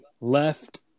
left